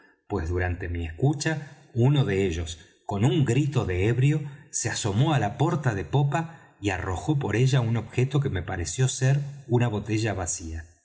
pues durante mi escucha uno de ellos con un grito de ebrio se asomó á la porta de popa y arrojó por ella un objeto que me pareció ser una botella vacía